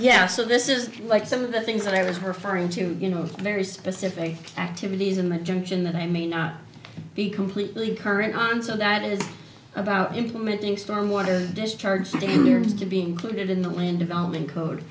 yeah so this is like some of the things that i was her for him to you know very specific activities in the junction that i may not be completely current on's that is about implementing stormwater discharge seniors to be included in the land development code